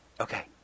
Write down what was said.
okay